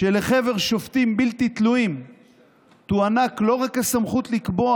שלחבר שופטים בלתי תלויים תוענק לא רק הסמכות לקבוע,